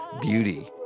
beauty